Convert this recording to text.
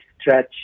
stretch